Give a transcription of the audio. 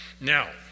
Now